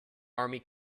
army